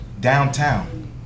downtown